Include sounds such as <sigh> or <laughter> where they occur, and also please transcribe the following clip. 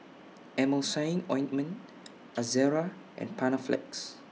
Emulsying Ointment <noise> Ezerra and Panaflex